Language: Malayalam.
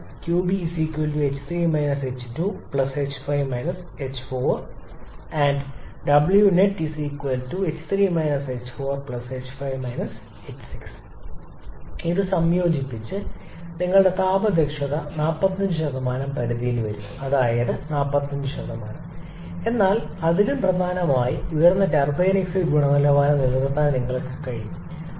അതിനാൽ 𝑞𝐵 ℎ3 ℎ2 ℎ5 ℎ4 and 𝑊𝑛𝑒𝑡 ℎ3 ℎ4 ℎ5 ℎ6 ഇത് സംയോജിപ്പിച്ച് നിങ്ങളുടെ താപ ദക്ഷത 45 പരിധിയിൽ വരും അതായത് 45 എന്നാൽ അതിലും പ്രധാനമായി ഉയർന്ന ടർബൈൻ എക്സിറ്റ് ഗുണനിലവാരം നിലനിർത്താൻ ഞങ്ങൾക്ക് കഴിയും